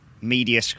media